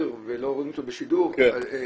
הוא לא עולה לאוויר ולא רואים אותו בשידור: יהודה,